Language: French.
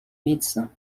médecin